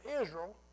Israel